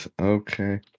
okay